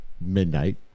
midnight